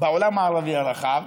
בעולם הערבי הרחב,